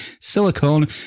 silicone